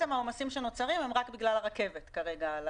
עומסי היתר שנוצרים הם רק בגלל הרכבת כרגע.